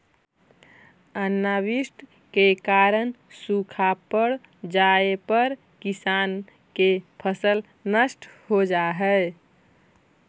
अनावृष्टि के कारण सूखा पड़ जाए पर किसान के फसल नष्ट हो जा हइ